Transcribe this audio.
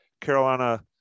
Carolina